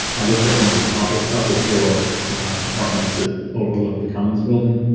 i looked at one of the top upper floor apartments that overlooked the commons building